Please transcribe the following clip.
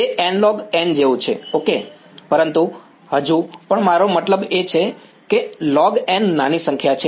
તે nlog જેવું છે ઓકે પરંતુ હજુ પણ મારો મતલબ છે કે log નાની સંખ્યા છે